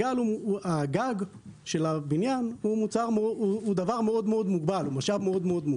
הגג של הבניין הוא משאב מוגבל מאוד.